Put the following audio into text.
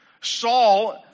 Saul